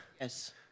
Yes